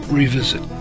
revisit